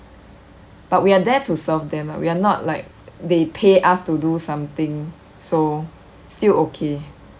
but we are there to serve them we're not like they pay us to do something so still okay